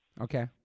Okay